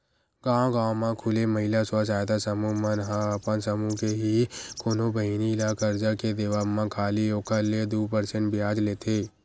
गांव गांव म खूले महिला स्व सहायता समूह मन ह अपन समूह के ही कोनो बहिनी ल करजा के देवब म खाली ओखर ले दू परसेंट बियाज लेथे